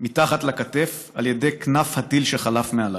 מתחת לכתף על ידי כנף הטיל שחלף מעליו.